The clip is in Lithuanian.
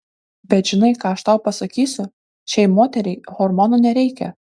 bet žinai ką aš tau pasakysiu šiai moteriai hormonų nereikia